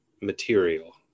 material